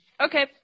Okay